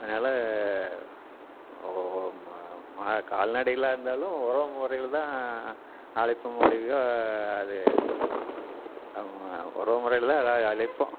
அதனால் கால்நடைகளாக இருந்தாலும் உறவு முறையில தான் அழைப்பமோ ஒழிய அது உறவு முறையில தான் அழைப்போம்